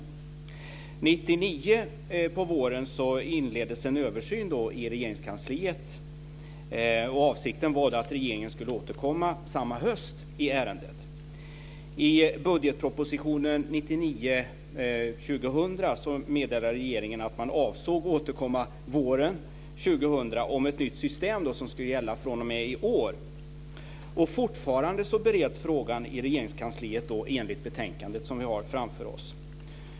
På våren 1999 inleddes en översyn i Regeringskansliet, och avsikten var att regeringen skulle återkomma i ärendet samma höst. I budgetpropositionen 1999/2000 meddelade regeringen att man avsåg att återkomma våren 2000 med ett nytt system som skulle gälla fr.o.m. i år. Frågan bereds dock fortfarande i Regeringskansliet, enligt det betänkande vi har framför oss.